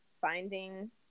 finding